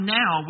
now